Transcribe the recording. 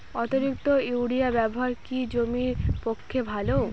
অতিরিক্ত ইউরিয়া ব্যবহার কি জমির পক্ষে ভালো?